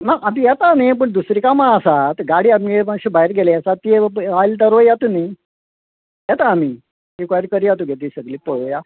ना आतां येता न्ही पूण दुसरी कामां आसा ती गाडी आमगे मात्शी भायर गेली आसा ती येवप आयले तरू येता न्ही येता आमी इन्क्वायरी करया तुगे ती सगळी पळोवया